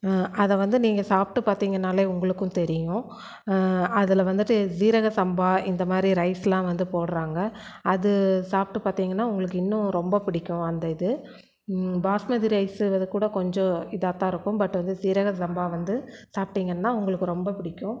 அதை வந்து நீங்கள் சாப்பிட்டு பார்த்திங்கனாலே உங்களுக்கும் தெரியும் அதில் வந்துட்டு சீரக சம்பா இந்தமாதிரி ரைஸெலாம் வந்து போடுகிறாங்க அது சாப்பிட்டு பார்த்திங்கன்னா உங்களுக்கு இன்னும் ரொம்ப பிடிக்கும் அந்த இது பாஸ்மதி ரைஸ் செய்யறதுக்கூட கொஞ்சம் இதாக தான் இருக்கும் பட் வந்து சீரக சம்பா வந்து சாப்பிட்டிங்கன்னா உங்களுக்கு ரொம்ப பிடிக்கும்